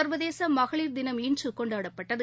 சர்வதேச மகளிர் தினம் இன்று கொண்டாடப்பட்டது